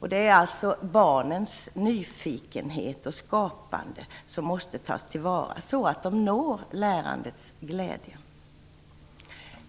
Det är alltså barnens nyfikenhet och skapande som måste tas till vara, så att de uppnår lärandets glädje.